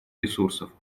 ресурсов